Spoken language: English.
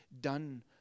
done